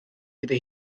iddi